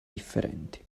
differenti